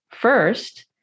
first